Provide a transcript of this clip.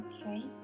Okay